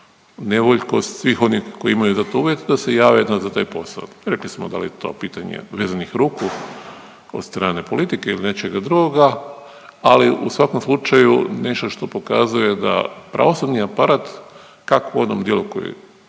nevoljkost svih onih koji imaju za to uvjete da se jave za taj posao. Rekli smo da li je to pitanje vezanih ruku od strane politike ili nečega drugoga. Ali u svakom slučaju nešto što pokazuje da pravosudni aparat kako u onom dijelu koji